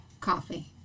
coffee